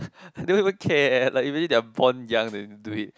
they won't even care like really born young they will do it